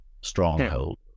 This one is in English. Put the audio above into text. stronghold